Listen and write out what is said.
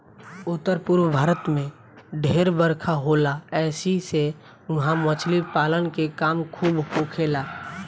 उत्तर पूरब भारत में ढेर बरखा होला ऐसी से उहा मछली पालन के काम खूब होखेला